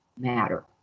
matter